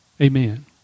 Amen